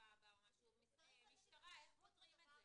שמההחלפה הבאה -- -משטרה, איך פותרים את זה?